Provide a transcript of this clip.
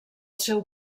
seu